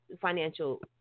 financial